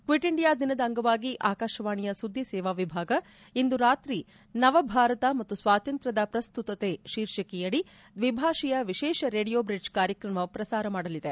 quit India ದಿನದ ಅಂಗವಾಗಿ ಆಕಾಶವಾಣಿಯ ಸುದ್ದಿ ಸೇವಾ ವಿಭಾಗ ಇಂದು ರಾತ್ರಿ ನವಭಾರತ ಮತ್ತು ಸ್ವಾತಂತ್ರ್ಯದ ಪ್ರಸ್ತುತತೆ ಶೀರ್ಷಿಕೆಯದಿ ದ್ವಿಭಾಷೆಯ ವಿಶೇಷ ರೇಡಿಯೋ ಬ್ರಿಡ್ಜ್ ಕಾರ್ಯಕ್ರಮ ಪ್ರಸಾರ ಮಾಡಲಿದೆ